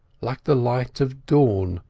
like the light of dawn,